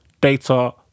data